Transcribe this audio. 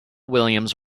williams